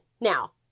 Now